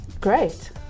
Great